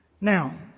Now